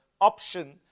option